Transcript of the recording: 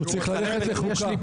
--- הוא צריך ללכת לחוקה.